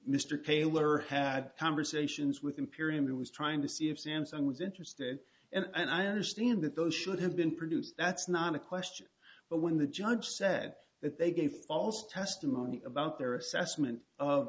mr taylor had conversations with imperium he was trying to see if sam's i was interested and i understand that those should have been produced that's not a question but when the judge said that they gave false testimony about their assessment of